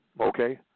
Okay